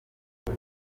ati